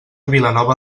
vilanova